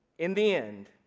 in the end,